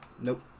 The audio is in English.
Nope